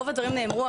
רוב הדברים נאמרו,